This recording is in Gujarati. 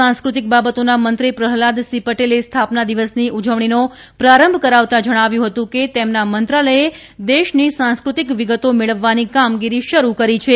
સાંસ્ક્રતિક બાબતોના મંત્રી પ્રહલાદસિંહ પટેલે સ્થાપના દિવસની ઉજવણીનો પ્રારંભ કરાવતા જણાવ્યું હતું કે તેમના મંત્રાલયે દેશની સાંસ્કૃતિક વિગતો મેળવવાની કામગીરી શરૂ કરી છે